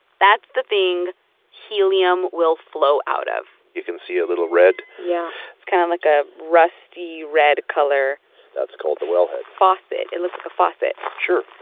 that's the thing helium will flow out of you can see a little red yeah. it's kind of like a rusty red color that's called the wellhead faucet it looks like a faucet sure.